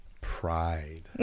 Pride